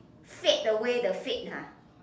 fade away the fade ha